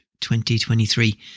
2023